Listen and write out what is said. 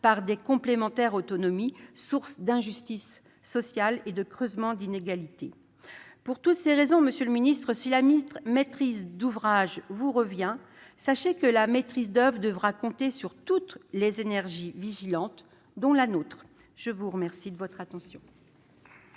par des complémentaires « autonomie », sources d'injustice sociale et de creusement d'inégalités. Pour toutes ces raisons, si la maîtrise d'ouvrage vous revient, sachez que la maîtrise d'oeuvre devra compter sur toutes les énergies vigilantes, dont la nôtre. La parole est à M.